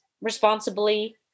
responsibly